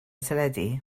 teledu